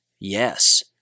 Yes